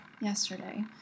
Yesterday